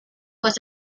was